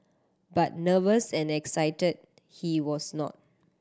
but nervous and excited he was not